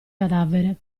cadavere